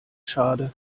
schade